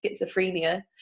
schizophrenia